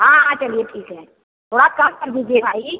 हाँ हाँ चलिए ठीक है थोड़ा कम कर दीजिए भाई